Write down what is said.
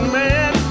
man